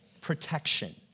Protection